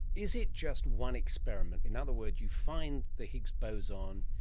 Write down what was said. is it just one experiment? in other words, you find the higgs boson,